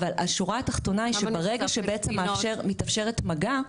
הנקודה היא שברגע שמתאפשר מגע,